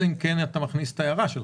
אלא אם כן אתה מכניס את ההערה שלך.